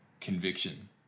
conviction